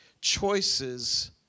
choices